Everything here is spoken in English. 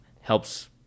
helps